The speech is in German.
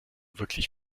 wirklich